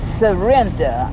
surrender